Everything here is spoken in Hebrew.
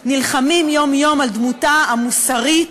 נלחמים יום-יום על דמותה המוסרית